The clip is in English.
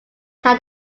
how